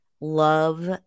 love